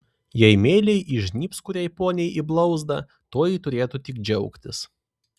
jei meiliai įžnybs kuriai poniai į blauzdą toji turėtų tik džiaugtis